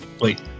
wait